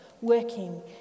working